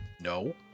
no